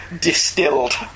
distilled